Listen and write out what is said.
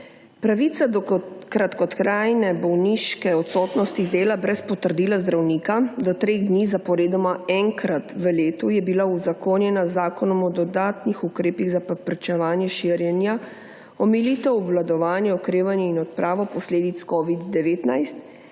Pravica do kratkotrajne bolniške odsotnosti z dela brez potrdila zdravnika do treh dni zaporedoma enkrat v letu je bila uzakonjena z Zakonom o dodatnih ukrepih za preprečevanje širjenja omilitev obvladovanja okrevanja in odpravo posledic Covid-19